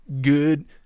good